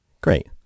Great